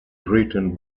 written